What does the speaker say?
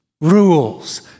rules